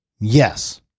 Yes